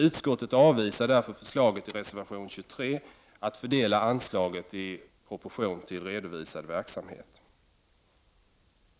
Utskottet avvisar därför förslaget i reservation 23, att fördela anslaget i proportion till redovisad verksamhet.